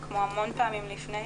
כמו הרבה פעמים לפני,